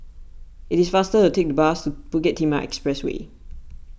it is faster to take the bus Bukit Timah Expressway